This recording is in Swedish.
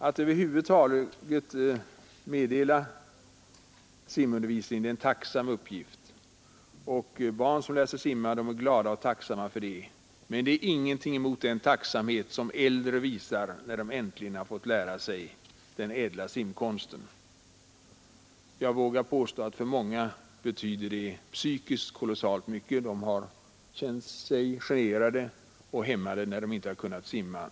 Att meddela simundervisning är en tacksam uppgift. Barn som får lära sig simma är glada och tacksamma för det. Men det är ingenting mot den tacksamhet som äldre känner när de äntligen har fått lära sig den ädla simkonsten. Jag vågar påstå att för många betyder det psykiskt kolossalt mycket. De har känt sig generade och hämmade av att inte kunna simma.